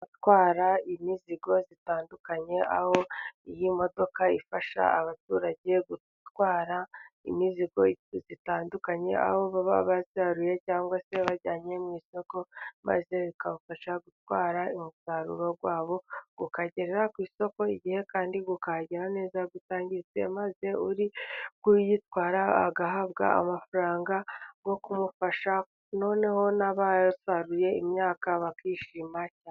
Imodoka ifasha mu utwara imizigo itandukanye, aho iyi modoka ifasha abaturage gutwara imizigo itandukanye, aho baba basaruye cyangwa se bajyanye mu isoko, maze bikabafasha gutwara umusaruro wabo, ukagerera ku isoko kugihe kandi ukahagera neza utangiritse, maze uri kuyitwara agahabwa amafaranga yo kumufasha noneho n'abasaruye imyaka bakishima cyane.